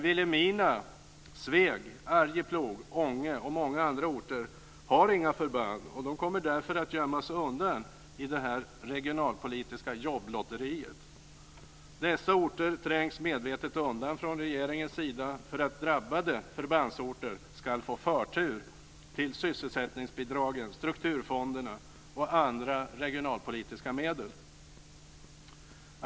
Vilhelmina, Sveg, Arjeplog, Ånge och många andra orter har inga förband, och de kommer därför att gömmas undan i det här regionalpolitiska jobblotteriet. Dessa orter trängs medvetet undan från regeringens sida för att drabbade förbandsorter ska få förtur till sysselsättningsbidragen, strukturfonderna och andra regionala politiska medel.